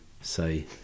Say